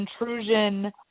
intrusion